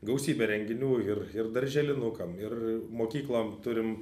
gausybę renginių ir ir darželinukam ir mokyklom turim